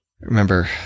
Remember